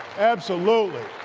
absolutely.